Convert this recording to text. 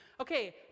okay